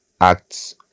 acts